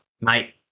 Mate